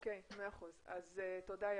תודה.